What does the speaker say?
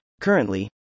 Currently